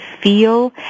feel